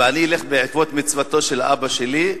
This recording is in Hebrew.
ואני אלך בעקבות מצוותו של אבא שלי,